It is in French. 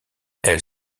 elle